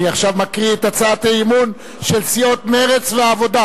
אני עכשיו מקריא את הצעת אי-האמון של סיעות מרצ והעבודה,